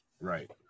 Right